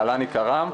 להלן עיקרם: